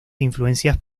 influencias